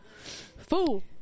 Fool